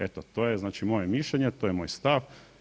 Eto to je znači moje mišljenje, to je moj stav.